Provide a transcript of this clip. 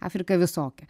afrika visokia